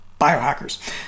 biohackers